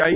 આઈ